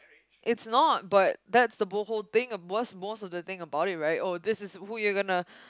it's not but that's the whole thing what's most of the thing about it right oh this is who you're gonna